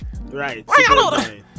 Right